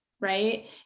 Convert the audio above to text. right